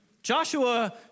Joshua